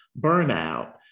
burnout